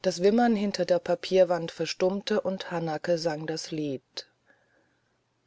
das wimmern hinter der papierwand verstummte und hanake sang das lied